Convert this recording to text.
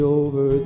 over